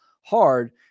hard